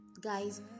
Guys